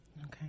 Okay